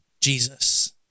Jesus